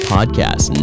Podcast